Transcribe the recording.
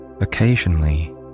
Occasionally